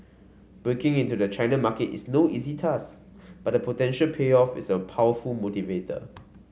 breaking into the China market is no easy task but the potential payoff is a powerful motivator